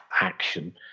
action